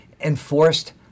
enforced